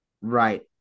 right